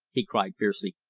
he cried fiercely,